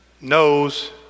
knows